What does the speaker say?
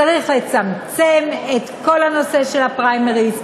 צריך לצמצם את כל הנושא של הפריימריז,